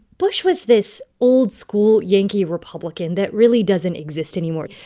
bush was this old-school yankee republican that really doesn't exist anymore.